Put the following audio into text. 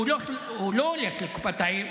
והוא לא הולך לקופת העיר,